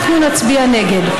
אנחנו נצביע נגד.